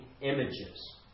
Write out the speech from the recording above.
images